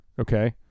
okay